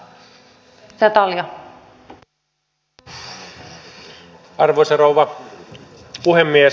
arvoisa rouva puhemies